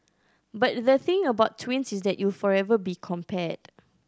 but the thing about twins is that you'll forever be compared